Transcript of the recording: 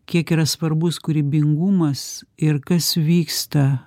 kiek yra svarbus kūrybingumas ir kas vyksta